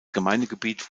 gemeindegebiet